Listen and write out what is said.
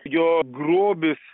jo grobis